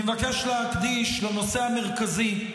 אני מבקש להקדיש לנושא המרכזי.